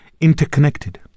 interconnected